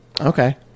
Okay